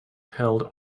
held